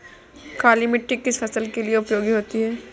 काली मिट्टी किस फसल के लिए उपयोगी होती है?